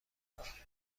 کار